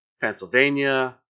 Pennsylvania